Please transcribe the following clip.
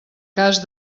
cas